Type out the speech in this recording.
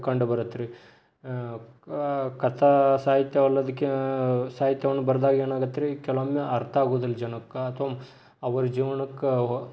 ಕಂಡುಬರುತ್ತೆ ರೀ ಕಥಾ ಸಾಹಿತ್ಯವಲ್ಲದ್ದಕ್ಕೆ ಸಾಹಿತ್ಯವನ್ನು ಬರ್ದಾಗ ಏನಾಗತ್ತೆ ರೀ ಕೆಲವೊಮ್ಮೆ ಅರ್ಥ ಆಗೋದಿಲ್ಲ ಜನಕ್ಕೆ ಅಥವಾ ಅವರ ಜೀವನಕ್ಕೆ ಹೊ